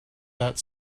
that